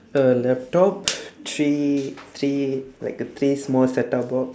a laptop three three like a three small set up box